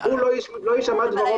לא יישמע דברו.